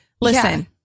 listen